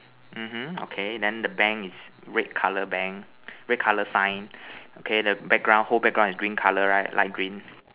mmhmm okay then the bank is red color bank red color sign okay the background whole background is green color right light green